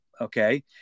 okay